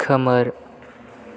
खोमोर